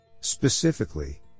Specifically